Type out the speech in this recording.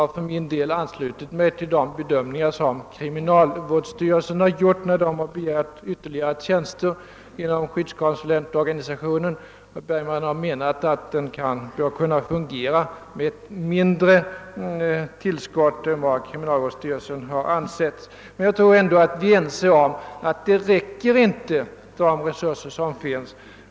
Jag för min del har anslutit mig till de bedömningar som kriminalvårdsstyrelsen gjort vid sin begäran om ytterligare tjänster inom skyddskonsulentorganisationen. Herr Bergman har ansett att den bör kunna fungera med ett mindre tillskott än kriminalvårdsstyrelsen ansett. Vi är nog ändå ense om att de resurser som finns inte räcker.